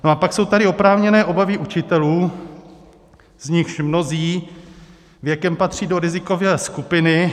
A pak jsou tady oprávněné obavy učitelů, z nichž mnozí věkem patří do rizikové skupiny.